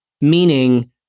Meaning